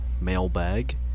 mailbag